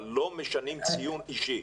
אבל לא משנים ציון אישי.